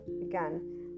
again